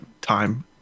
time